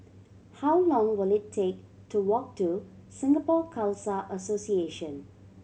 how long will it take to walk to Singapore Khalsa Association